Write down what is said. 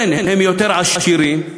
כן,